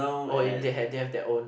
oh and that they have their own